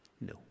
No